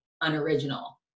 unoriginal